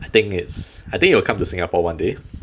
I think it's I think it'll come to singapore one day